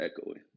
echoing